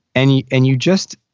and you and you just